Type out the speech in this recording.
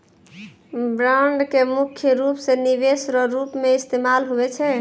bond के मुख्य रूप से निवेश रो रूप मे इस्तेमाल हुवै छै